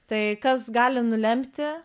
tai kas gali nulemti